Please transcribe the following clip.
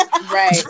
Right